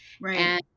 Right